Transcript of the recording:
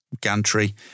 gantry